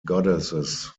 goddesses